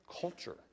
culture